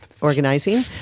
organizing